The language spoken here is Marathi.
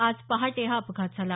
आज पहाटे हा अपघात झाला